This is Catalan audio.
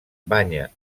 banya